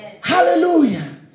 Hallelujah